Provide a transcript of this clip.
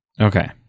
Okay